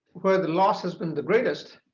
where the loss has been the greatest,